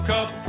Cup